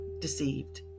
deceived